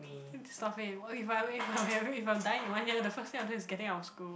mm stop it if I if I if I'm dying in one year the first thing I will do is getting out of school